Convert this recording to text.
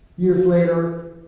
years later,